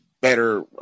better